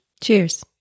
Cheers